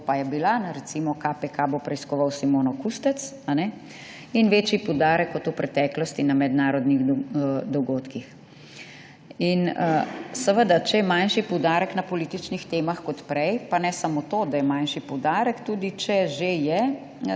novice (recimo KPK bo preiskoval Simono Kustec). Večji poudarek kot v preteklosti na mednarodnih dogodkih.« Seveda, če je manjši poudarek na političnih temah kot prej – pa ne samo to, da je manjši poudarek, če že je